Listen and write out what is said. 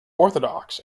orthodox